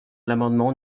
l’amendement